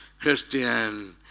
Christian